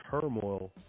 turmoil